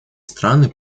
страны